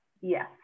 Yes